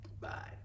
Bye